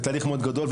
זה תהליך מאוד גדול,